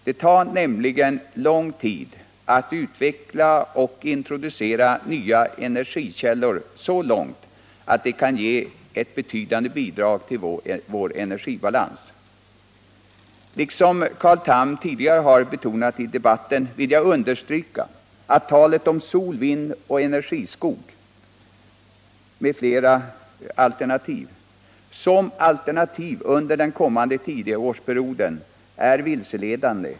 Det tar nämligen lång tid att utveckla och introducera nya energikällor så långt att de kan ge ett betydande bidrag till vår energibalans. På samma sätt som Carl Tham tidigare har betonat i debatten vill jag understryka att talet om sol, vind, energiskog m.fl. möjligheter som alternativ under den kommande tioårsperioden är vilseledande.